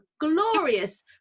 glorious